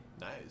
Nice